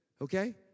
Okay